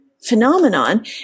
phenomenon